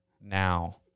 now